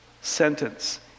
sentence